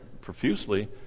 profusely